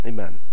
Amen